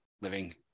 living